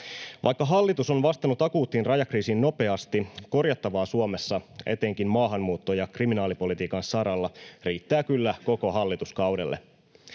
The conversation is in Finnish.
Vaikka hallitus on vastannut akuuttiin rajakriisiin nopeasti, korjattavaa Suomessa, etenkin maahanmuutto- ja kriminaalipolitiikan saralla, riittää kyllä koko hallituskaudelle.